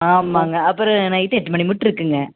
ஆமாம்ங்க அப்புறம் நைட்டு எட்டு மணிமுட்டு இருக்குங்க